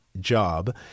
job